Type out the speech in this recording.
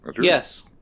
Yes